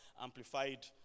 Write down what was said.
amplified